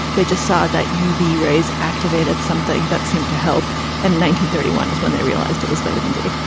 they just saw that uva rays activated something that seemed to help. and thirty one is when they realized it was made of and it.